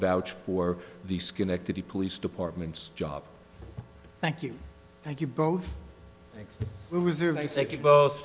vouch for the schenectady police departments job thank you thank you both